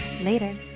Later